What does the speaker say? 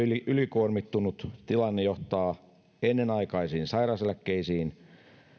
ylikuormittunut tilanne johtaa ennenaikaisiin sairaseläkkeisiin